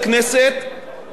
עם כמה שינויים פנימיים,